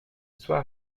soir